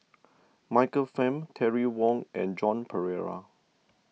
Michael Fam Terry Wong and Joan Pereira